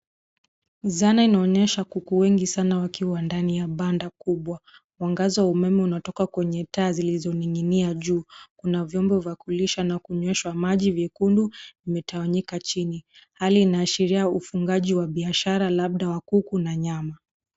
Zana inaonyesha kuku wengi sana wakiwa ndani ya banda kubwa. Mwangaza wa umeme unatoka kwenye taa zilizoning'inia juu. Kuna vyombo vya kulisha na kunyweshwa maji vyekundu , vimetawanyika chini. Hali inaashiria ufungaji wa biashara labda wa kuku na nyama.